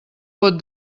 pot